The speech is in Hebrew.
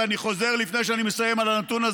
ואני חוזר לפני שאני מסיים על הנתון,